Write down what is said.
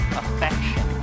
affection